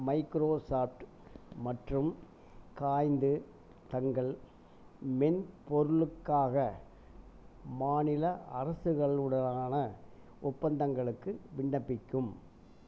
Microsoft மற்றும் காய்ந்து தங்கள் மென்பொருளுக்காக மாநில அரசுகளுடனான ஒப்பந்தங்களுக்கு விண்ணப்பிக்கும்